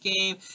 game